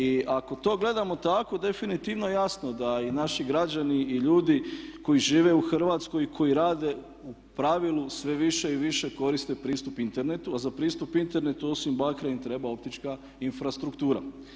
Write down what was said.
I ako to gledamo tako definitivno je jasno da i naši građani i ljudi koji žive u Hrvatskoj i koji rade u pravilu sve više i više koriste pristup internetu, a za pristup internetu osim bakra im treba optička infrastruktura.